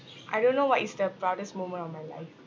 I don't know what is the proudest moment of my life